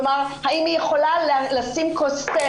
כלומר האם היא יכולה לשים כוס תה,